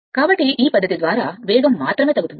కాబట్టి ఈ పద్ధతి ద్వారా వేగం మాత్రమే తగ్గుతుంది